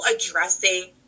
addressing